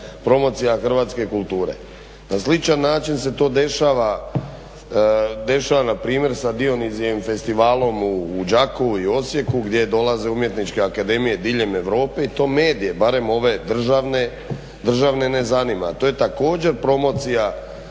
promocija hrvatske kulture. Na sličan način se to dešava npr. sa Dionizijevim festivalom u Đakovu i Osijeku gdje dolaze umjetničke akademije diljem Europe i to medije, barem ove državne ne zanima. To je također promocija